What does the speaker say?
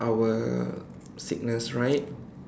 our sickness right